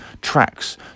tracks